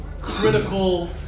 critical